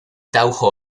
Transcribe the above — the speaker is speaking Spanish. dow